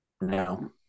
No